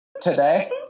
today